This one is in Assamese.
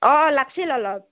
অঁ লাগিছিল অলপ